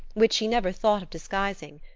which she never thought of disguising.